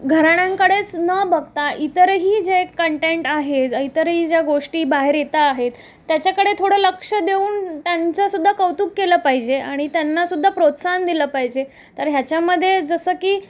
घराण्यांकडेच न बघता इतरही जे कंटेंट आहे इतरही ज्या गोष्टी बाहेर येता आहेत त्याच्याकडे थोडं लक्ष देऊन त्यांचंसुद्धा कौतुक केलं पाहिजे आणि त्यांनासुद्धा प्रोत्साहन दिलं पाहिजे तर ह्याच्यामध्ये जसं की